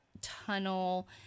tunnel